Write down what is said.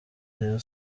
rayon